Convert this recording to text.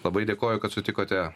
labai dėkoju kad sutikote